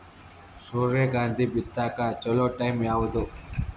ಸೂರ್ಯಕಾಂತಿ ಬಿತ್ತಕ ಚೋಲೊ ಟೈಂ ಯಾವುದು?